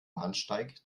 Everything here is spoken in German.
bahnsteig